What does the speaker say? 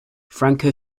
franco